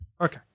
Okay